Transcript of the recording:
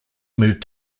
moved